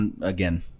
Again